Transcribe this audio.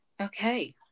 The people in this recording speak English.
Okay